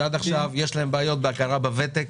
שיש להם בעיות בהכרה בוותק.